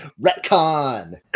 Retcon